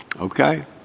okay